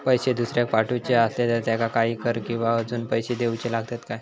पैशे दुसऱ्याक पाठवूचे आसले तर त्याका काही कर किवा अजून पैशे देऊचे लागतत काय?